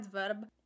adverb